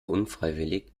unfreiwillig